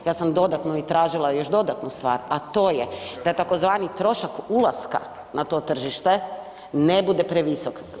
Ja sam dodatno i tražila još dodatnu stvar, a to je da tzv. trošak ulaska na to tržište ne bude previsok.